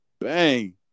bang